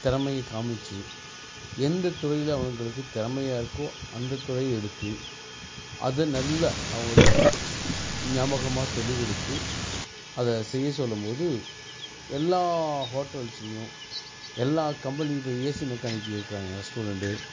திறமைய காமித்து எந்த துறையில் அவனுங்களுக்கு திறமையாக இருக்கோ அந்த துறையை எடுத்து அதை நல்லா அவங்களுக்கு ஞாபகமாக சொல்லிக் கொடுத்து அதை செய்ய சொல்லும் போது எல்லா ஹோட்டல்ஸ்லேயும் எல்லா கம்பெனி இப்போ ஏசி மேக்கானிக் இருக்கிறாங்க ஸ்டூடெண்ட்டு